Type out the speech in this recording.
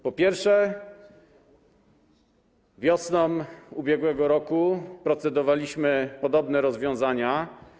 Po pierwsze, wiosną ubiegłego roku procedowaliśmy nad podobnymi rozwiązaniami.